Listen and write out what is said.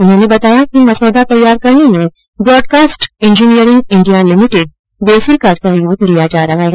उन्होंने बताया कि मसौदा तैयार करने में broadcast engineering India limited BECIL का सहयोग लिया जा रहा है